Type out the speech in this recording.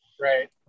Right